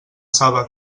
saba